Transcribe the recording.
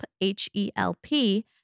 H-E-L-P